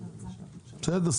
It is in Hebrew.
בסדר.